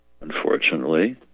unfortunately